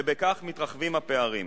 ובכך מתרחבים הפערים.